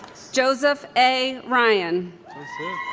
joseph a. ryan